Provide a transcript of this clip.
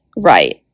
Right